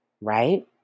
right